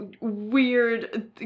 weird